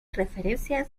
referencias